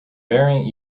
variant